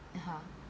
(uh huh)